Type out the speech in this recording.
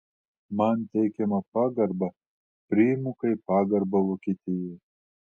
man teikiamą pagarbą priimu kaip pagarbą vokietijai